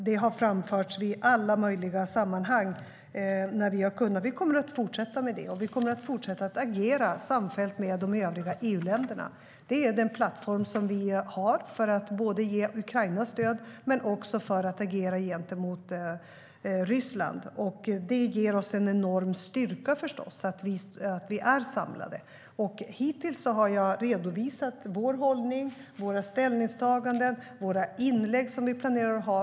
Det har framförts i alla möjliga sammanhang när vi kunnat göra det, och vi kommer att fortsätta med det. Vi kommer att fortsätta att agera samfällt med de övriga EU-länderna. Det är den plattform vi har både för att ge Ukraina stöd och för att agera gentemot Ryssland. Att vi är samlade ger oss förstås en enorm styrka. Hittills har jag i EU-nämnden redovisat vår hållning, våra ställningstaganden, våra inlägg som vi planerar att ha.